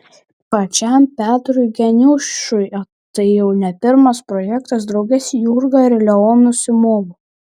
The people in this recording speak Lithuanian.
pačiam petrui geniušui tai jau ne pirmas projektas drauge su jurga ir leonu somovu